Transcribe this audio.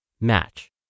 match